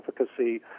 efficacy